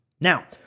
Now